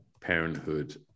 parenthood